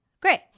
Great